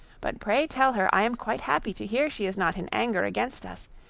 but pray tell her i am quite happy to hear she is not in anger against us,